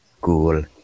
Cool